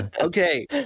Okay